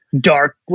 dark